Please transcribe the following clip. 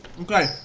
Okay